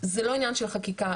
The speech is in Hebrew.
זה לא עניין של חקיקה,